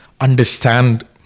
understand